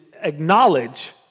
acknowledge